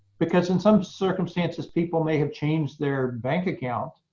because in some circumstances, people may have changed their bank account,